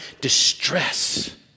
distress